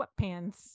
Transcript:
sweatpants